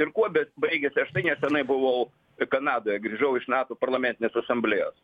ir kuo bet baigėsi aš tai nesenai buvau kanadoj grįžau iš nato parlamentinės asamblėjos